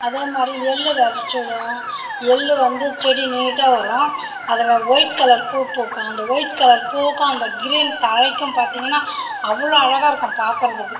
அதே மாதிரி எள் விரச்சி விடுவோம் எள் வந்து செடி நீட்டாக வரும் அதில் ஒயிட் கலர் பூ பூக்கும் அந்த ஒயிட் கலர் பூவுக்கும் அந்த கிரீன் தழைக்கும் பார்த்திங்கனா அவ்வளோ அழகாக இருக்கும் பார்க்கறதுக்கு